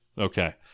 Okay